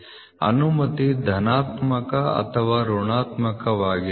ಅನುಮತಿ ಧನಾತ್ಮಕ ಅಥವಾ ಋಣಾತ್ಮಕವಾಗಿರುತ್ತದೆ